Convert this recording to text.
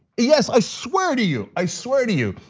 yes, i swear to you, i swear to you,